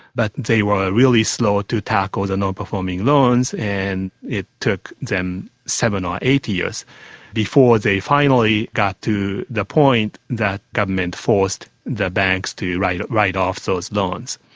but they were really slow to tackle the non-performing loans and it took them seven or eight years before they finally got to the point that government forced the banks to write write off those loans.